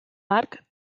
arc